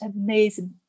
amazing